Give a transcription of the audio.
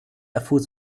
erfuhr